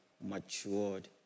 matured